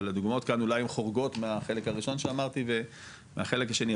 אבל אולי הן חורגות מהחלק הראשון שאמרתי והחלק השני,